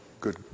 good